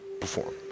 Perform